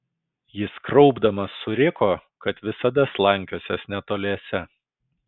jis kraupdamas suriko kad visada slankiosiąs netoliese